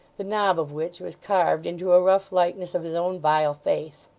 the knob of which was carved into a rough likeness of his own vile face.